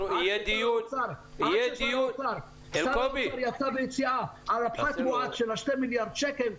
עד ששר האוצר יצא ביציאה על פחת-מואץ של שני מיליארד שקל,